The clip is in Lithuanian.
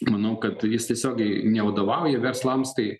manau kad jis tiesiogiai nevadovauja verslams tai